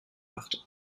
machte